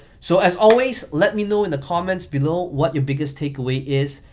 so as always, let me know in the comments below what your biggest takeaway is,